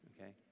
Okay